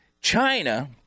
China